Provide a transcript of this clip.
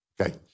Okay